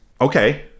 okay